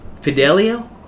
Fidelio